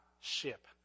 ship